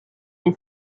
des